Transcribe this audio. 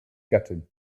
gattin